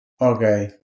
Okay